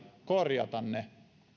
korjata ne